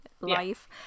life